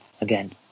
again